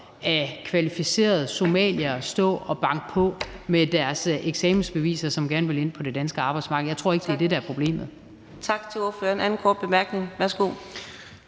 af kvalificerede somaliere stå med deres eksamensbeviser og banke på og gerne ville ind på det danske arbejdsmarked. Jeg tror ikke, det er det, der er problemet.